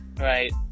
right